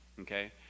Okay